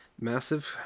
massive